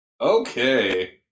Okay